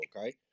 okay